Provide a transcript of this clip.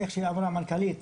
כמו שאמרה המנכ"לית,